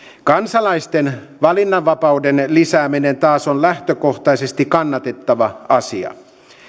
kansalaisten valinnanvapauden lisääminen taas on lähtökohtaisesti kannatettava asia